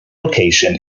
location